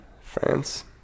France